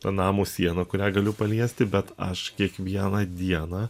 ta namo siena kurią galiu paliesti bet aš kiekvieną dieną